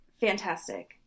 fantastic